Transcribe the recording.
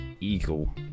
eagle